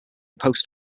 post